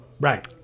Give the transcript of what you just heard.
right